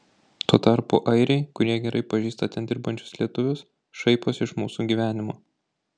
tuo tarpu airiai kurie gerai pažįsta ten dirbančius lietuvius šaiposi iš mūsų gyvenimo